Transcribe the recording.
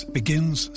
begins